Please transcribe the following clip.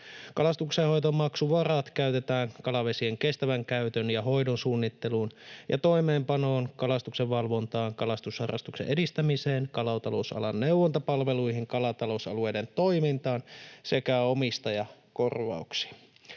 Kalastuksenhoitomaksuvarat käytetään kalavesien kestävän käytön ja hoidon suunnitteluun ja toimeenpanoon, kalastuksenvalvontaan, kalastusharrastuksen edistämiseen, kalatalousalan neuvontapalveluihin, kalatalousalueiden toimintaan sekä omistajakorvauksiin.